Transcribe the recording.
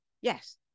Yes